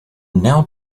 now